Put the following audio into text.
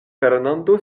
fernando